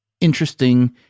interesting